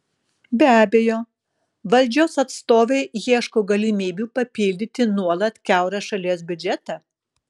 be abejo valdžios atstovai ieško galimybių papildyti nuolat kiaurą šalies biudžetą